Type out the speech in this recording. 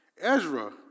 Ezra